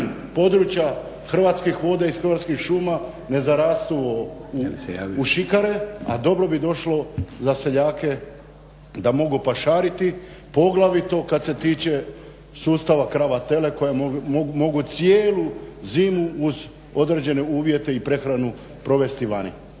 područja Hrvatskih voda iz Hrvatskih šuma ne zarastu u šikare a dobro bi došlo za seljake da mogu pašariti poglavito kada se tiče sustava krava-tele koji mogu cijelu zimu uz određene uvjete i prehranu provesti vani.